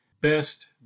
best